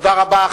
תודה רבה.